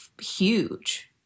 huge